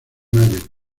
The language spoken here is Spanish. mayo